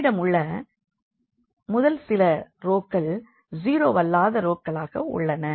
நம்மிடம் உள்ள முதல் சில ரோக்கள் ஜீரோவல்லாத ரோக்களாக உள்ளன